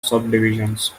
subdivisions